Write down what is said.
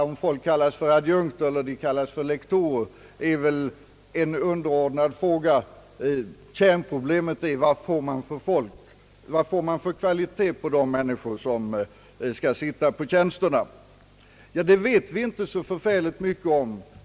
Om folk kallas för adjunkter eller för lektorer är väl en underordnad fråga. Kärnproblemet är: Vad får man för kvalitet på de människor som skall tillträda dessa tjänster? Det vet vi inte särdeles mycket om.